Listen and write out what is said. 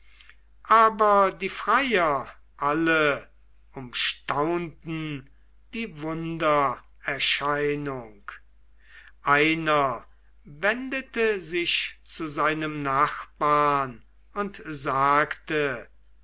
aber die freier alle umstaunten die wundererscheinung einer wendete sich zu seinem nachbarn und sagte